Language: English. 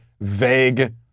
vague